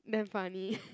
damn funny